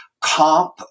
comp